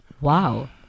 Wow